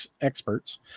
experts